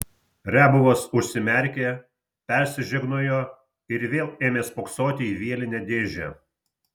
riabovas užsimerkė persižegnojo ir vėl ėmė spoksoti į vielinę dėžę